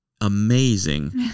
amazing